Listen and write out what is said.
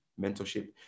Mentorship